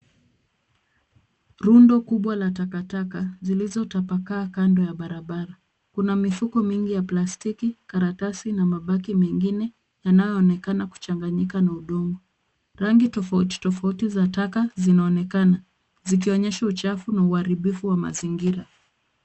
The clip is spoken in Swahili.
Rundo kubwa la takataka zilizotapakaa kando ya barabara. Kuna mifuko mingi ya plastiki, karatasi na mabaki mengine yanaonekana kuchanganyika na udongo. Rangi tofauti tofauti za taka zinaonekana zikionyesha uchafu na uharibifu wa mazingira.